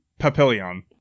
Papillion